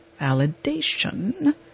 Validation